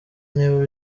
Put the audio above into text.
niba